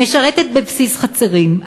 משרתת בבסיס חצרים.